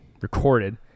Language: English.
recorded